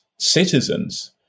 citizens